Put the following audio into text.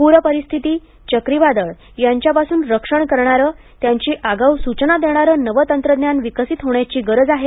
पूरपरिस्थिती चक्रीवादळ यांच्यापासून रक्षण करणारं त्यांची आगाऊ सूचना देणारं नवं तंत्रज्ञान विकसित होण्याची गरज आहे